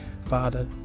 Father